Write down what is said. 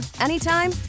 anytime